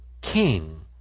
King